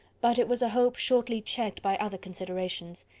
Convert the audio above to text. but it was a hope shortly checked by other considerations,